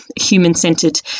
human-centered